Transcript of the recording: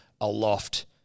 aloft